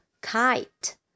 kite